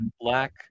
Black